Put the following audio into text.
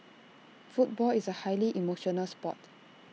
football is A highly emotional Sport